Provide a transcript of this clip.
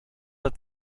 that